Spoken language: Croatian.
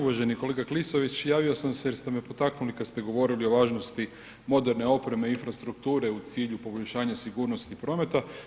Uvaženi kolega Klisović, javio sam se jer ste potaknuli kad ste govorili o važnosti moderne opreme i infrastrukture u cilju poboljšanja sigurnosti prometa.